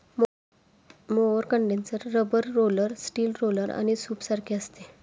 mower condenser rubber roller, steel roller आणि सूपसारखे असते